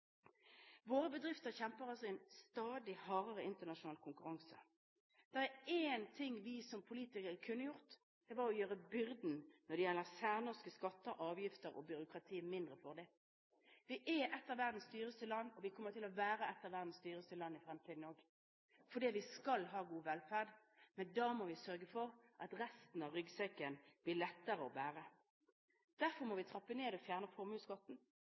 Våre bedrifter kjemper i en stadig hardere internasjonal konkurranse. Det er én ting vi som politikere kunne gjort, og det er å gjøre byrden når det gjelder særnorske skatter og avgifter og byråkrati mindre for dem. Vi er et av verdens dyreste land, og vi kommer til å være et av verdens dyreste land i fremtiden også, fordi vi skal ha god velferd. Men da må vi sørge for at resten av ryggsekken blir lettere å bære. Derfor må vi trappe ned og fjerne formuesskatten,